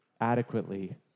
adequately